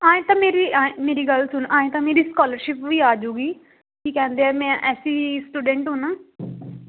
ਆਏਂ ਤਾਂ ਮੇਰੀ ਐ ਮੇਰੀ ਗੱਲ ਸੁਣ ਆਏਂ ਤਾਂ ਮੇਰੀ ਸਕਾਲਰਸ਼ਿਪ ਵੀ ਆ ਜਾਊਗੀ ਕੀ ਕਹਿੰਦੇ ਆ ਮੈਂ ਐਸ ਸੀ ਸਟੂਡੈਂਟ ਹਾਂ ਨਾ